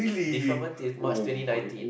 deferment till March twenty nineteen